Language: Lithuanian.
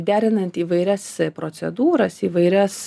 derinant įvairias procedūras įvairias